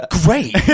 great